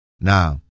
Now